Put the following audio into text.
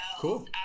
cool